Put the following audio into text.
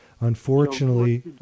unfortunately